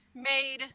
made